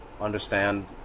understand